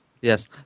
Yes